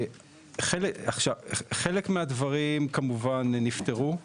חלק מהדברים כמובן נפתרו.